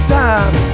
time